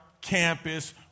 campus